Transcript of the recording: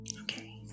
Okay